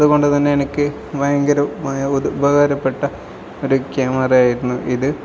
അതുകൊണ്ട് തന്നെ എനിക്ക് ഭയങ്കര ഉപകാരപ്പെട്ട ഒരു ക്യാമറയായിരുന്നു ഇത്